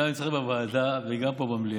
גם אצלנו בוועדה וגם פה במליאה.